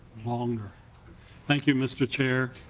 um thank you mr. chair.